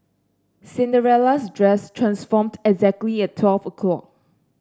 Cinderella's dress transformed exactly at twelve o'clock